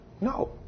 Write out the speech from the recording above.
No